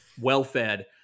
well-fed